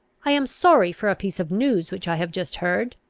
i am sorry for a piece of news which i have just heard.